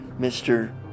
Mr